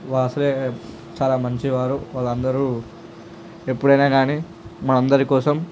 వారు అసలే చాలా మంచివారు వారందరూ ఎప్పుడైనా కాని మన అందరి కోసం